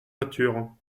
nature